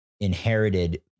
Inherited